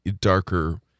darker